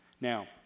Now